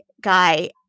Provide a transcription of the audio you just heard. guy